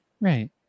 right